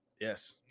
Yes